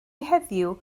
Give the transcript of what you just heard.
heddiw